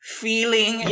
feeling